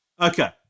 Okay